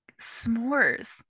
s'mores